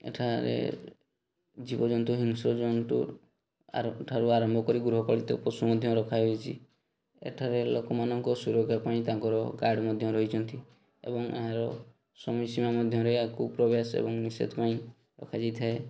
ଏଠାରେ ଜୀବଜନ୍ତୁ ହିଂସ୍ର ଜନ୍ତୁ ଠାରୁ ଆରମ୍ଭ କରି ଗୃହପାଳିତ ପଶୁ ମଧ୍ୟ ରଖାଯାଇଛି ଏଠାରେ ଲୋକମାନଙ୍କ ସୁରକ୍ଷା ପାଇଁ ତାଙ୍କର ଗାର୍ଡ଼ ମଧ୍ୟ ରହିଛନ୍ତି ଏବଂ ଏହାର ସମୟ ସୀମା ମଧ୍ୟରେ ଆକୁ ପ୍ରବେଶ ଏବଂ ନିଷେଧ ପାଇଁ ରଖାଯାଇଥାଏ